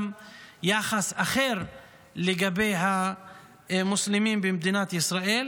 יחס אחר לגבי המוסלמים במדינת ישראל.